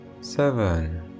Seven